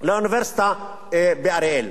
לאוניברסיטה באריאל.